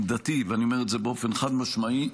ואני אומר את זה באופן חד-משמעי,